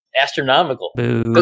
astronomical